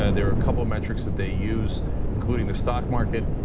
ah there are a couple metrics that they use including the stock market,